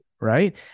right